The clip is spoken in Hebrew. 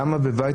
למה בבית,